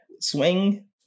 swing